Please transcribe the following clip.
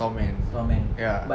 store man ya